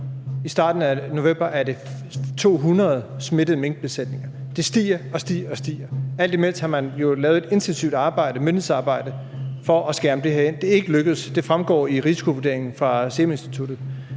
i starten af november er det 200 smittede minkbesætninger. Det stiger og stiger og stiger. Alt imens har man jo lavet et intensivt myndighedsarbejde for at skærme det her af, og det er ikke lykkedes. Det fremgår i risikovurderingen fra Seruminstituttet.